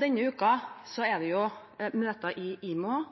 Denne uken er det møter i IMO.